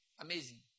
Amazing